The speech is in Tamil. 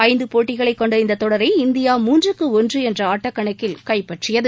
ஐந்து போட்டிகளை கொண்ட இந்த தொடரை இந்தியா மூன்றுக்கு ஒன்று ஆட்டக்கணக்கில் கைப்பற்றியது